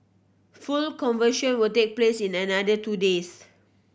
full conversion will take place in another two days